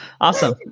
Awesome